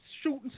shooting